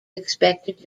expected